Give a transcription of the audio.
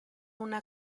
una